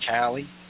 Callie